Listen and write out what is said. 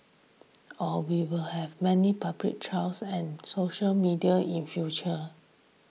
or we will have many public trials and social media in future